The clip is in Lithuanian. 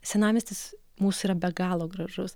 senamiestis mūsų yra be galo gražus